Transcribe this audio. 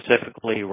specifically